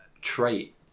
trait